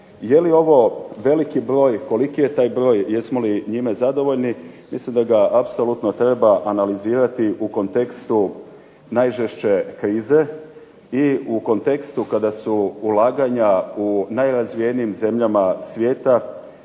Je li ovo veliki broj, koliki je taj broj, jesmo li njime zadovoljni, mislim da ga apsolutno treba analizirati u kontekstu najžešće krize i u kontekstu kada su ulaganja u najrazvijenijim zemljama svijeta